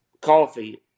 coffee